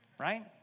right